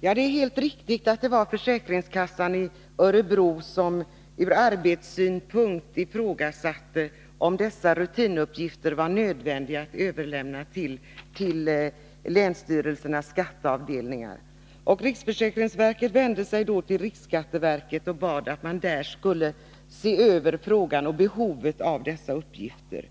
Det är helt riktigt att det var försäkringskassan i Örebro som ur arbetssynpunkt ifrågasatte om det var nödvändigt att överlämna dessa rutinuppgifter till länsstyrelsernas skatteavdelningar. Riksförsäkringsverket vände sig då till riksskatteverket och bad att man där skulle se över frågan om behovet av dessa uppgifter.